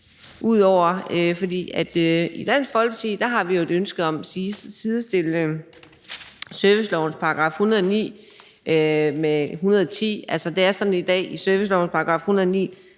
område. For i Dansk Folkeparti har vi jo et ønske om at sidestille servicelovens § 109 med § 110. Altså, det er sådan i dag, at i servicelovens § 109